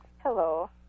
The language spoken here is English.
Hello